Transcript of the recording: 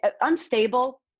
Unstable